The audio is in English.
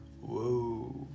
Whoa